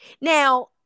now